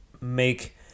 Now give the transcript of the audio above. make